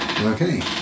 Okay